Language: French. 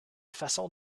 façon